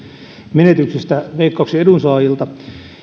menetyksestä veikkauksen edunsaajilla